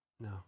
No